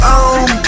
on